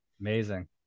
Amazing